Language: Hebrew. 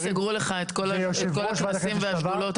אם סגרו לך את כל הכנסים והשדולות,